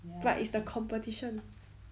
but is the competition